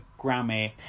Grammy